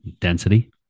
density